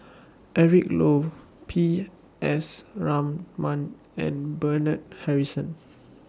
Eric Low P S Raman and Bernard Harrison